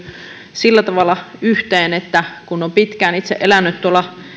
sillä tavalla yhteen että kun on pitkään itse elänyt tuolla